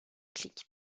clip